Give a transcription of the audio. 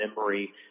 memory